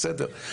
בסדר,